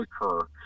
occur